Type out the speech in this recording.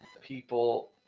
people